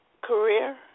career